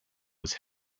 was